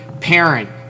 parent